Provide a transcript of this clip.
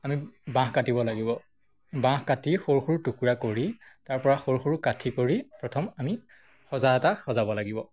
আমি বাঁহ কাটিব লাগিব বাঁহ কাটি সৰু সৰু টুকুৰা কৰি তাৰ পৰা সৰু সৰু কাঠি কৰি প্ৰথম আমি সজা এটা সজাব লাগিব